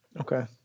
Okay